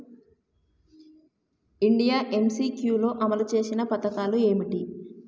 India MCQ లో అమలు చేసిన పథకాలు ఏమిటి?